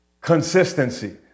consistency